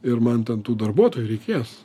ir man ten tų darbuotojų reikės